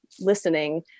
listening